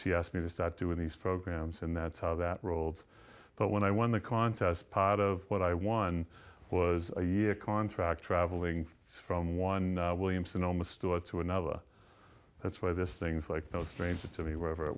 she asked me to start doing these programmes and that's how that rolled but when i won the contest part of what i won was a year contract travelling from one williams sonoma store to another that's why this things like that was strange to me wherever i